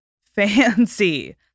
Fancy